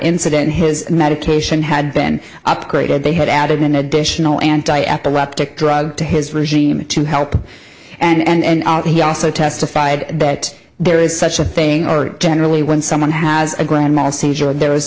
incident his medication had been upgraded they had added an additional anti epileptic drug to his regime to help and he also testified that there is such a thing or generally when someone has a grand mal seizure and there